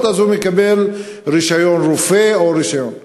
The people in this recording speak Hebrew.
בבחינות, אז הוא מקבל רישיון רופא או רישיון אחר.